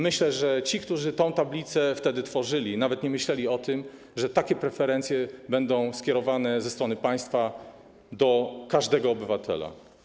Myślę, że ci, którzy tę tablicę wtedy tworzyli, nawet nie myśleli o tym, że takie preferencje będą skierowane ze strony państwa do każdego obywatela.